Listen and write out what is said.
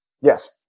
yes